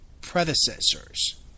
predecessors